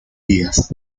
días